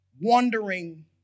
wondering